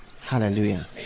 Hallelujah